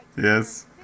Yes